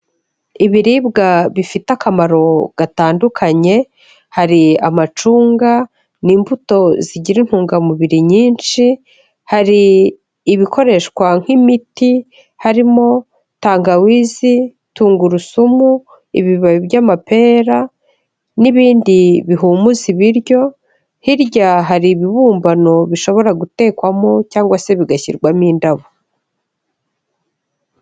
Ibiribwa bifite akamaro gatandukanye, hari amacunga, ni ibuto zigira intungamubiri nyinshi, hari ibikoreshwa nk'imiti, harimo tangawizi, tungurusumu, ibibabi by'amapera, n'ibindi bihumuza ibiryo, hirya hari ibibumbano bishobora gutekwamo, cyangwa se bigashyirwamo indabo.